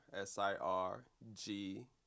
S-I-R-G